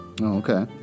okay